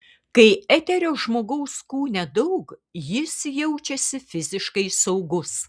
kai eterio žmogaus kūne daug jis jaučiasi fiziškai saugus